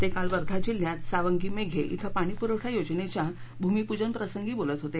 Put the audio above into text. ते काल वर्धा जिल्ह्यात सावंगी मेघे कें पाणी पुरवठा योजनेच्या भूमिपूजन प्रसंगी बोलत होते